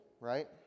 right